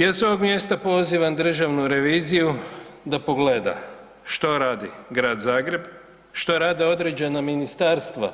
Ja s ovog mjesta pozivam Državnu reviziju da pogleda što radi Grad Zagreb, što rade određena ministarstva